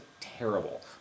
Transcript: terrible